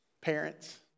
Parents